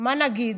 מה נגיד,